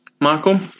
Michael